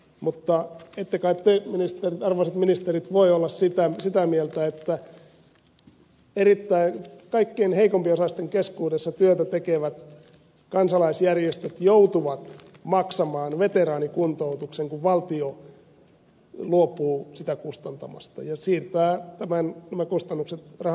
mutta ette kai te arvoisat ministerit voi olla sitä mieltä että kaikkein heikompiosaisten keskuudessa työtä tekevät kansalaisjärjestöt joutuvat maksamaan veteraanikuntoutuksen kun valtio luopuu sitä kustantamasta ja siirtää nämä kustannukset raha automaattiyhdistykselle